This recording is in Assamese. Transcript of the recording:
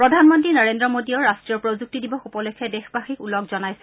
প্ৰধানমন্ত্ৰী নৰেন্দ্ৰ মোডীয়েও ৰাষ্টীয় প্ৰযুক্তি দিৱস উপলক্ষে দেশবাসীক ওলগ জনাইছে